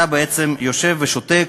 אתה בעצם יושב ושותק,